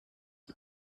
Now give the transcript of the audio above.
you